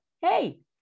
Hey